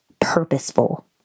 purposeful